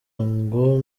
ngo